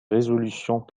résolutions